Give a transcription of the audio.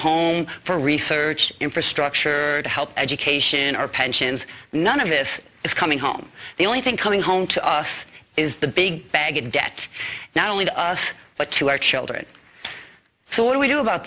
home for research infrastructure to help education or pensions none of it is coming home the only thing coming home to us is the big bag of debt not only to us but to our children so what do we do about